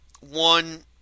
One